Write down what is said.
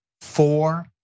Four